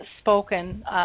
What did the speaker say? spoken